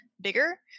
bigger